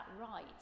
right